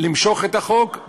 הכרתי אותו,